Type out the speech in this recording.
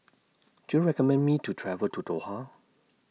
Do YOU recommend Me to travel to Doha